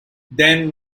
then